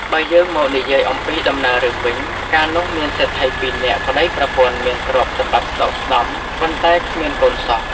បើយើងមកនិយាអំពីដំណើររឿងវិញ កាលនោះមានសេដ្ឋីពីរនាក់ប្តីប្រពន្ធមានទ្រព្យសម្បត្តិស្តុកស្តម្ភ ប៉ុន្តែគ្មានកូនសោះ។